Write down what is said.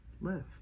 live